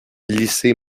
lycée